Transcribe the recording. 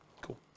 Cool